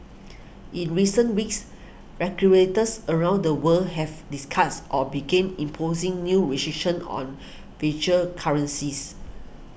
in recent weeks regulators around the world have discussed or begin imposing new restrictions on virtual currencies